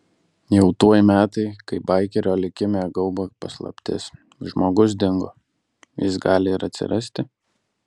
jau tuoj metai kai baikerio likimą gaubia paslaptis žmogus dingo jis gali ir atsirasti